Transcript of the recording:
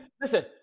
Listen